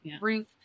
Ruth